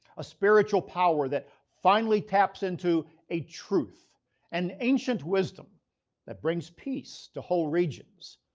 a spiritual power that finally taps into a truth an ancient wisdom that brings peace to whole regions.